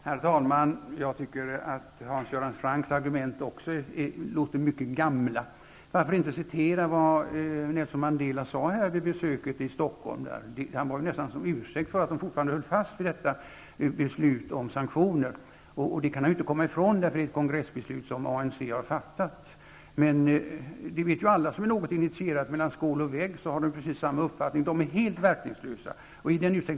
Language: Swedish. Herr talman! Hans Göran Francks argument låter också mycket gamla. Varför inte citera vad Nelson Mandela sade vid sitt besök i Stockholm. Det lät nästan som en ursäkt för att de fortfarande höll fast vid sitt beslut om önskemål om fortsatta sanktioner. Han kan ju inte heller komma ifrån detta kongressbeslut, eftersom det är fattat av ANC. Alla som är något initierade de vet ju hur det är och erkänner mellan skål och vägg att de har samma uppfattning, nämligen att sanktionerna är helt verkningslösa.